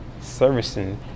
servicing